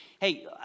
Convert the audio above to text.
Hey